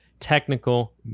Technical